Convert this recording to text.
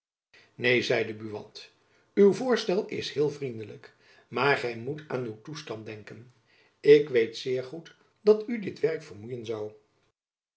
neen zeide buat uw voorstel is heel vriendelijk maar gy moet aan uw toestand denken ik weet zeer goed dat u dit werk vermoeien zoû